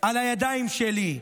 על הידיים שלי.